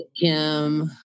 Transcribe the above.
Kim